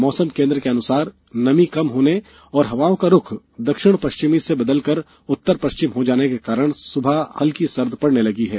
मौसम केन्द्र के अनुसार नमी कम होने और हवाओं का रुख दक्षिण पश्चिम से बदलकर उत्तर पश्चिम हो जाने के कारण सुबह हल्की सर्दी पड़ने लगी है